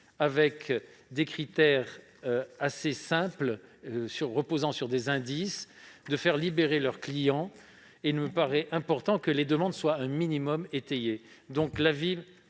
selon des critères assez simples et ne reposant que sur des indices, à faire libérer leurs clients. Il me paraît donc important que les demandes soient un minimum étayées.